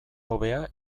hobea